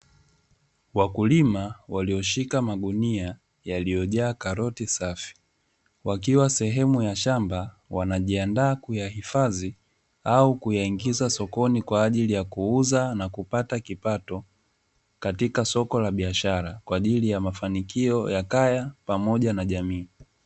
Wakulima walioshika magunia yaliyojaa karoti safi, wakiwa sehemu ya shamba wanajiandaa kuyahifadhi au kuyaingiza sokoni kwa ajili ya kuuza na kupata kipato katika soko la biashara kwa ajili ya mafanikio ya kaya, pamoja na jamii.